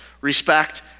respect